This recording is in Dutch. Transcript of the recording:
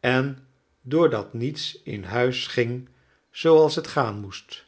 en door dat niets in huis ging zooals het gaan moest